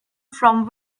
from